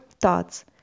thoughts